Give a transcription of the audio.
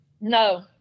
No